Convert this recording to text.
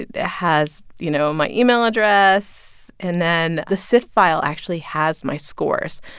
it has, you know, my email address. and then the sift file actually has my scores.